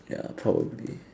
ya probably